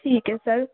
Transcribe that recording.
ਠੀਕ ਹੈ ਸਰ